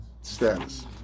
status